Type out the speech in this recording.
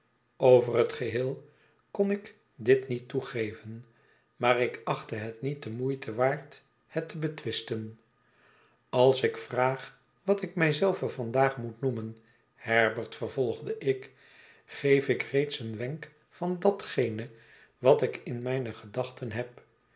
over het geheel kon ik dit niet toegeven maar ik achtte het niet de moeite waard het te betwisten als ik vraag wat ik mij zelven vandaag moet noemen herbert vervolgde ik geef ik reeds een wenk van datgene wat ik in mijne gedachten heb